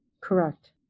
Correct